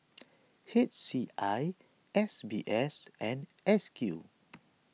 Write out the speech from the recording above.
H C I S B S and S Q